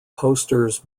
posters